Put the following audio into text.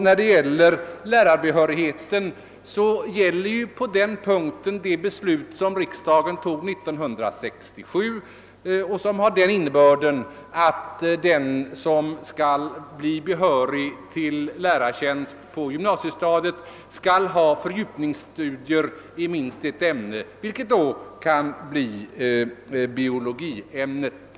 Beträffande lärarbehörigheten gäller härvidlag det beslut som riksdagen fattade 1967 och som innebär att den som önskar behörighet till lärartjänst på gymnasiestadiet måste ha fördjupningsstudier i minst ett ämne, vilket då kan bli biologiämnet.